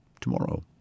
tomorrow